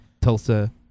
Tulsa